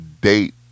date